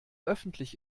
öffentlich